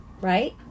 right